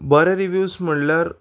बरे रिव्यूज म्हणल्यार